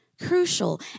crucial